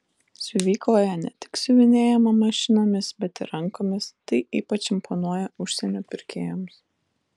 siuvykloje ne tik siuvinėjama mašinomis bet ir rankomis tai ypač imponuoja užsienio pirkėjams